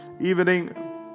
evening